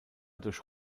durch